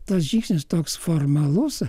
tas žingsnis toks formalus